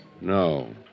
No